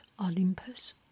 Olympus